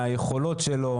מהיכולות שלו,